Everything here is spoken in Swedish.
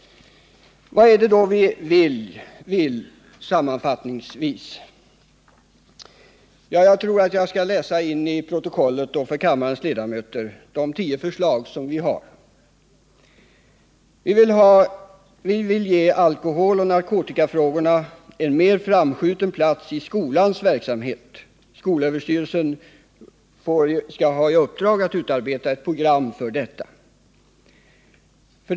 Sammanfattningsvis: Vad är det då vi vill? Jag tror att jag för kammarens ledamöter och för protokollet skall läsa upp våra tio förslag. 1. Vi vill ge alkoholoch narkotikafrågorna en mer framskjuten plats i skolans verksamhet. Skolöverstyrelsen bör få i uppdrag att utarbeta ett program för detta. 2.